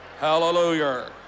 Hallelujah